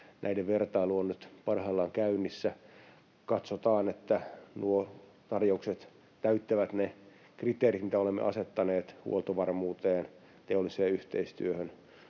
näiden vertailu on nyt parhaillaan käynnissä. Katsotaan, että nuo tarjoukset täyttävät ne kriteerit, mitkä olemme asettaneet huoltovarmuuteen, teolliseen yhteistyöhön,